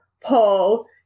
Paul